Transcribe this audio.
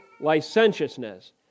licentiousness